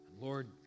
Lord